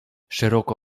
szeroko